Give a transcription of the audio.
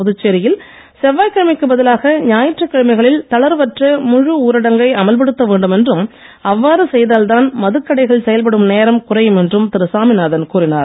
புதுச்சேரியில் செவ்வாய்கிழமைக்கு பதிலாக ஞாயிற்றுக்கிழமைகளில் தளர்வற்ற முழு ஊரடங்கை அமல்படுத்த வேண்டும் என்றும் அவ்வாறு செய்தால் தான் மதுக்கடைகள் செயல்படும் நேரம் குறையும் என்றும் திரு சாமிநாதன் கூறினார்